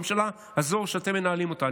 הממשלה הזו שאתם מנהלים אותה.